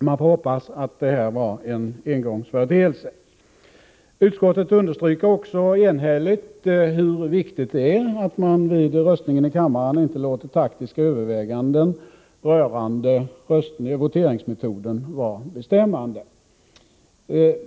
Man får hoppas att detta var en engångsföreteelse. Utskottet understryker också enhälligt hur viktigt det är att man vid röstningen i kammaren inte låter taktiska överväganden rörande voteringsmetoden vara bestämmande.